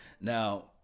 Now